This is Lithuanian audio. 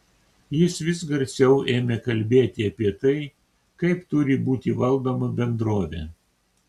jis vis garsiau ėmė kalbėti apie tai kaip turi būti valdoma bendrovė